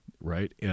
right